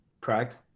Correct